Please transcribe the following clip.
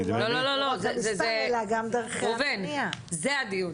לא, לא, לא, ראובן, זה הדיון.